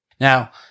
Now